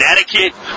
Connecticut